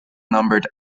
numbered